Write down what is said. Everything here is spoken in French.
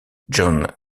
john